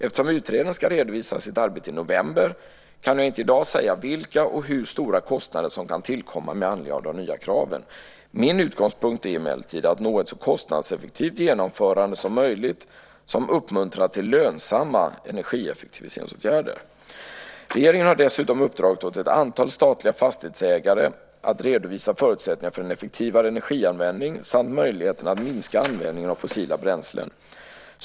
Eftersom utredaren ska redovisa sitt arbete i november kan jag inte i dag säga vilka och hur stora kostnader som kan tillkomma med anledning av de nya kraven. Min utgångspunkt är emellertid att nå ett så kostnadseffektivt genomförande som möjligt som uppmuntrar till lönsamma energieffektiviseringsåtgärder. Regeringen har dessutom uppdragit åt ett antal statliga fastighetsägare att redovisa förutsättningarna för en effektivare energianvändning samt möjligheterna att minska användningen av fossila bränslen.